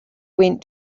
went